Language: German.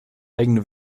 eigene